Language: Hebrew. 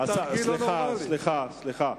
השר ארדן.